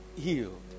healed